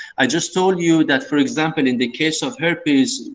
i just told you that, for example, in the case of herpes,